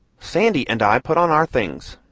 sandy and i put on our things.